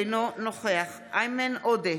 אינו נוכח איימן עודה,